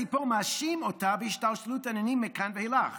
הסיפור מאשים אותה בהשתלשלות העניינים מכאן ואילך.